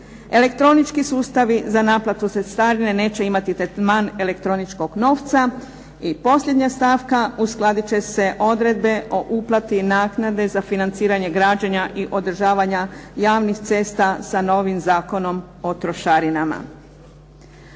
Elektronički sustavi za naplatu cestarine neće imati tretman elektroničkog novca. I posljednja stavka. Uskladit će se odredbe o uplati naknade za financiranje građenja i održavanja javnih cesta sa novim Zakonom o trošarinama.